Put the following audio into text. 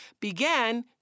began